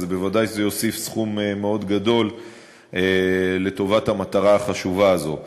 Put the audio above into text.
ואז בוודאי זה יוסיף סכום מאוד גדול לטובת המטרה החשובה הזאת.